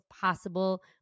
possible